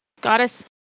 goddess